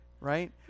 right